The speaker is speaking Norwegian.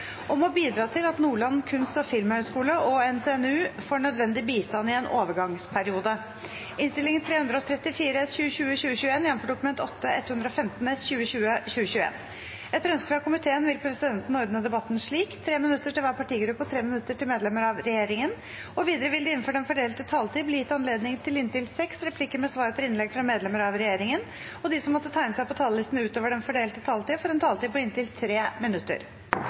om at møtet i dag fortsetter utover kl. 16. Ingen har bedt om ordet. Etter ønske fra utdannings- og forskningskomiteen vil presidenten ordne debatten slik: 3 minutter til hver partigruppe og 3 minutter til medlemmer av regjeringen. Videre vil det – innenfor den fordelte taletid – bli gitt anledning til inntil seks replikker med svar etter innlegg fra medlemmer av regjeringen, og de som måtte tegne seg på talerlisten utover den fordelte taletid, får en taletid på inntil 3 minutter.